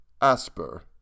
Asper